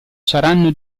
saranno